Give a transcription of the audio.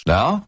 Now